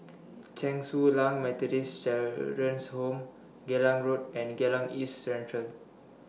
Chen Su Lan Methodist Children's Home Geylang Road and Geylang East Central